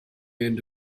end